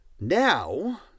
Now